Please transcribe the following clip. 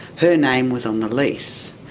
her name was on the lease,